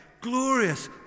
glorious